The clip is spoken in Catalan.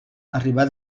arribat